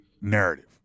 narrative